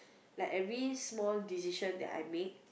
like every small decision that I make